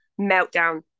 meltdown